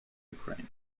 ukraine